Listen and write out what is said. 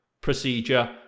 procedure